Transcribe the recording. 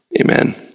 Amen